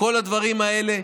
כל הדברים האלה,